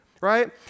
Right